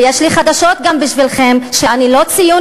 ויש לי גם חדשות בשבילכם: אני לא ציונית,